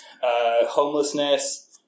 homelessness